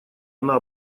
она